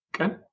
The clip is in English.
Okay